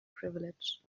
privilege